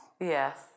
yes